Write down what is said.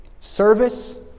service